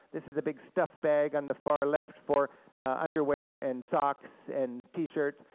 this is a big stuff bag, on the far left, for underwear, and socks, and t-shirts,